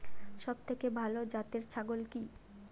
সবথেকে ভালো জাতের ছাগল কি?